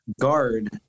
guard